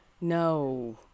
No